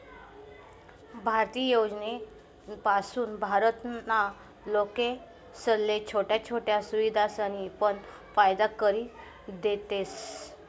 भारतीय योजनासपासून भारत ना लोकेसले छोट्या छोट्या सुविधासनी पण फायदा करि देतस